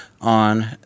on